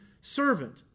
servant